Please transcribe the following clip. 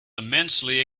immensely